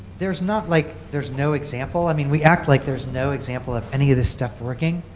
there's not like there's no example. i mean, we act like there's no example of any of this stuff working.